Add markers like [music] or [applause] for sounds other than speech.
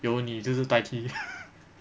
有你就是代替 [laughs]